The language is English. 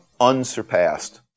unsurpassed